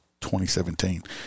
2017